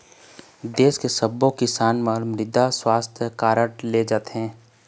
देस के सब्बो किसान मन ल मृदा सुवास्थ कारड दे जाथे